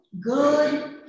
good